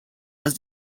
was